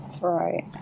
Right